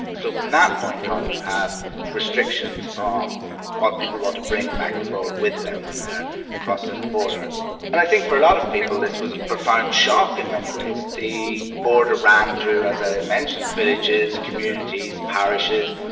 so from that point on you have restrictions on what people want to bring back and forward with them when they are crossing the border. and i think for a lot of people this was a profound shock in many ways. the border ran through, as i mentioned, villages, communities, parishes.